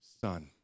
Son